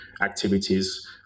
activities